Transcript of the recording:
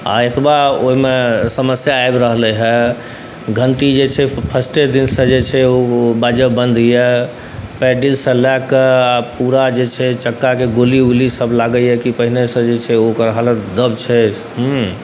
एतबा ओहिमे समस्या आबि रहलैए घण्टी जे छै फर्स्टे दिनसँ जे छै बाजब बन्द अइ पैडिलसँ लऽ कऽ पूरा जे छै चक्काके गोली ओली सब लागैए कि पहिनहिसँ जे छै ओकर हालत दब छै हुँ